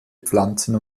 pflanzen